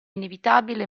inevitabile